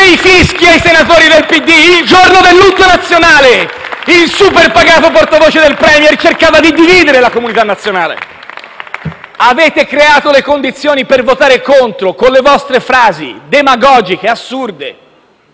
*(Applausi dal Gruppo PD)*. Il giorno del lutto nazionale il super pagato portavoce del *premier* cercava di dividere la comunità nazionale. Avete creato le condizioni per votare contro, con le vostre frasi demagogiche e assurde.